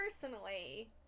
personally